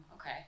Okay